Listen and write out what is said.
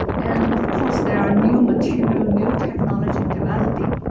and of course, there are new material, new technology developing.